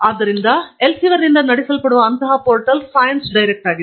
ಆದ್ದರಿಂದ ಎಲ್ಸ್ವಿಯರ್ನಿಂದ ನಡೆಸಲ್ಪಡುವ ಅಂತಹ ಪೋರ್ಟಲ್ ಸೈನ್ಸ್ಡೈರೆಕ್ಟ್ ಆಗಿದೆ